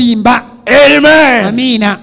Amen